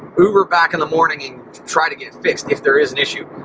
uber back in the morning and try to get it fixed, if there is an issue.